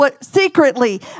secretly